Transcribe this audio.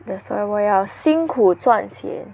that's why 我要辛苦赚钱